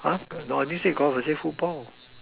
!huh! no I didn't say golf I said football